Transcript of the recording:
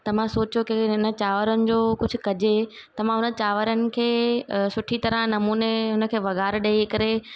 त मां सोचियो के हिन चांवरनि जो कुझु कजे त मां उन चांवरनि खे अ सुठी तरहां नमूने उनखे वघारु ॾेई करे